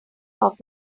off